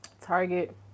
target